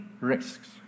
risks